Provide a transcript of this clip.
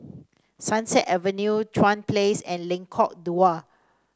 Sunset Avenue Chuan Place and Lengkok Dua